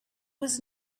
was